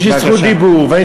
יש לי זכות דיבור,